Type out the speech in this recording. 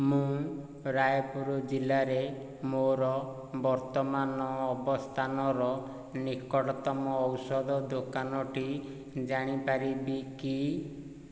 ମୁଁ ରାୟପୁର ଜିଲ୍ଲାରେ ମୋ'ର ବର୍ତ୍ତମାନ ଅବସ୍ଥାନର ନିକଟତମ ଔଷଧ ଦୋକାନଟି ଜାଣିପାରିବି କି